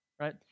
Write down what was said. Right